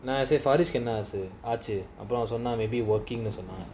nah I say farish cannot actually பாரிஷ்க்குஎன்னாச்சுஆச்சு:parisuku ennachu maybe working or some ah